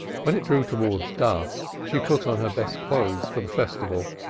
when it drew towards dusk she put on her best clothes for the festival,